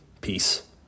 peace